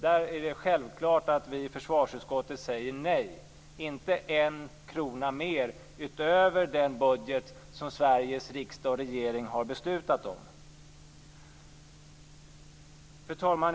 Där är det självklart att vi i försvarsutskottet säger nej. Det blir inte en krona mer utöver den budget som Sveriges riksdag och regering har beslutat om. Fru talman!